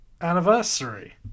anniversary